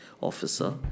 officer